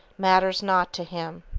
matters not to him.